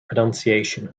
pronunciation